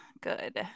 good